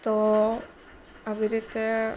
તો આવી રીતે